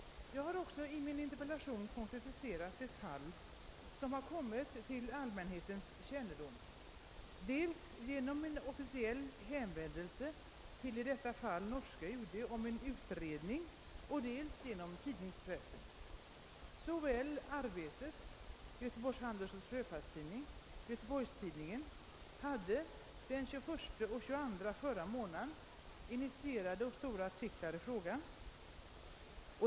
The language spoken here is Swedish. Jag har också i min interpellation konkretiserat det fall som kommit till allmänhetens kännedom dels genom en officiell hänvändelse till i detta fall norska UD om en utredning, dels genom tidningspressen. Tidningarna Arbetet, Göteborgs Handelsoch Sjöfarts Tidning och Göteborgs-Tidningen hade den 21 och 22 april i år initierade och stora artiklar i frågan.